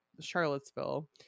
charlottesville